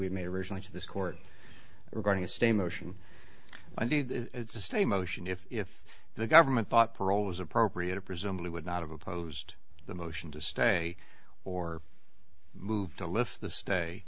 we made originally to this court regarding a stay motion and just a motion if the government thought parole was appropriate or presumably would not have opposed the motion to stay or move to lift the stay